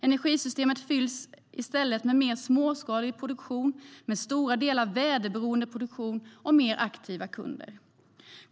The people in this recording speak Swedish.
Energisystemet fylls i stället med mer småskalig produktion, med stora delar väderberoende produktion och mer aktiva kunder.